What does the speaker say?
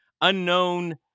unknown